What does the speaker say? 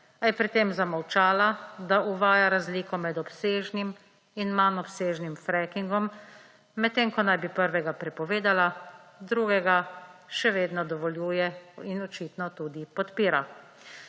a je pri tem zamolčala, da uvaja razliko med obsežnim in manj obsežnim frackingom, medtem ko naj bi prvega prepovedala, drugega še vedno dovoljuje in očitno tudi podpira.